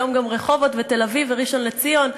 היום גם רחובות ותל-אביב וראשון-לציון,